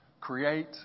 Create